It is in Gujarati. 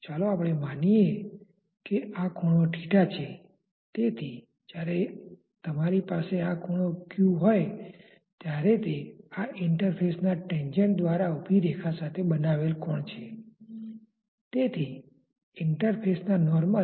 તેથી ચાલો આપણે પહેલા સાહજિક રીતે નિયંત્રણ volume control volume control volume પસંદ કરીએ અને કોયડો ગણવાનો પ્રયાસ કરીએ